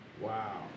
Wow